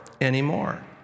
anymore